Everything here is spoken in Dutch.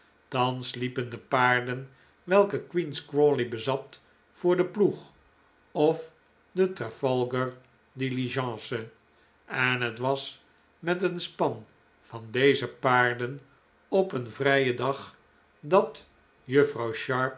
thans liepen de paarden welke queen's crawley bezat voor den ploeg of de trafalgar diligence en het was met een span van deze paarden op een vrijen dag dat juffrouw